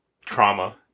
trauma